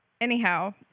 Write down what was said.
Anyhow